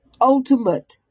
ultimate